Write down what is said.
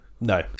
No